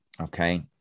Okay